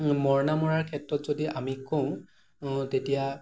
মৰণা মৰাৰ ক্ষেত্ৰত যদি আমি কওঁ তেতিয়া